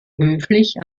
höflich